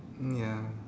mm ya